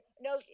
No